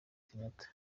kenyatta